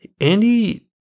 Andy